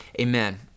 amen